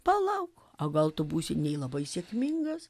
palauk o gal tu būsi nei labai sėkmingas